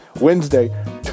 Wednesday